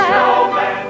Snowman